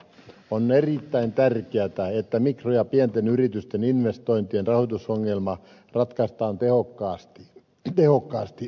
on erittäin tärkeätä että mikro ja pienten yritysten investointien rahoitusongelmat ratkaistaan tehokkaasti